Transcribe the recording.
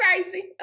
crazy